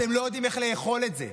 אתם לא יודעים איך לאכול את זה,